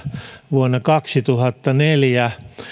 vuonna kaksituhattaneljä